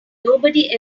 nobody